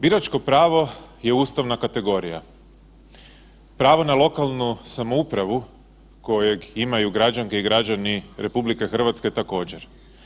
Biračko pravo je ustavna kategorija, pravo na lokalnu samoupravu kojeg imaju građanke i građani RH također.